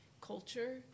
culture